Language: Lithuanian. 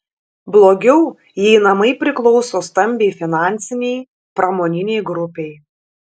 blogiau jei namai priklauso stambiai finansinei pramoninei grupei